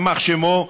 יימח שמו,